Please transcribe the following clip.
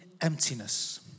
emptiness